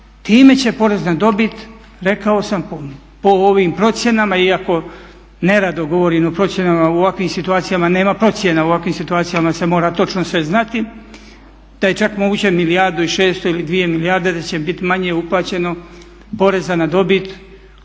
time će porez na dobit, rekao sam, po ovim procjenama iako nerado govorim o procjenama, u ovakvim situacijama nema procjena, u ovakvim situacijama se mora točno sve znati, da je čak moguće milijardu i 600 ili 2 milijarde da će biti manje uplaćeno poreza na dobit nego što